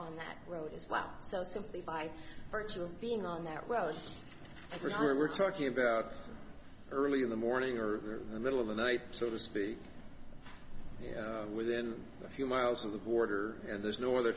on that road it's very we're talking about early in the morning or the middle of the night so to speak within a few miles of the border and there's no other